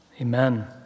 Amen